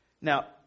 Now